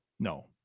No